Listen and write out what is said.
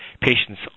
patients